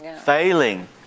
Failing